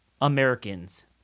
Americans